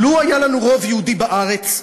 "לו היה לנו רוב יהודי בארץ,